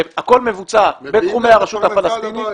הכול מבוצע בתחומי הרשות הפלסטינית